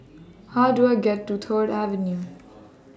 How Do I get to Third Avenue